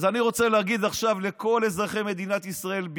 אז אני רוצה להגיד עכשיו לכל אזרחי מדינת ישראל,